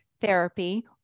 therapy